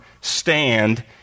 stand